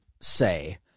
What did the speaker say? say